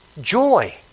Joy